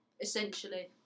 Essentially